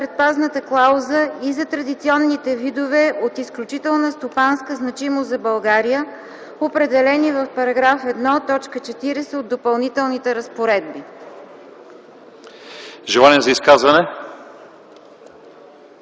предпазната клауза и за традиционните видове от изключителна стопанска значимост за България, определени в § 1, т. 40 от Допълнителните разпоредби.” ПРЕДСЕДАТЕЛ